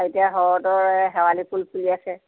এতিয়া শৰতৰ শেৱালি ফুল ফুলি আছে